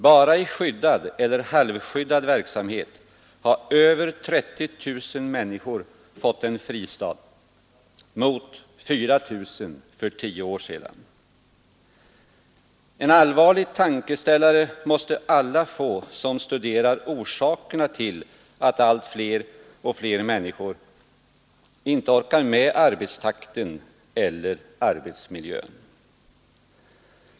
Bara i skyddad eller halvskyddad verksamhet har över 30 000 människor fått en fristad mot 4 000 för tio år sedan. En allvarlig tankeställare måste alla få som studerar orsakerna till att allt fler människor inte orkar med arbetstakten eller arbetsmiljön.